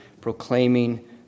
proclaiming